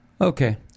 Okay